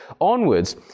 onwards